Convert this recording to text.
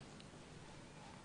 שלום.